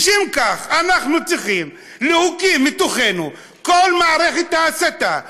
לשם כך אנחנו צריכים להקיא מתוכנו את כל מערכת ההסתה,